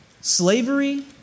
Slavery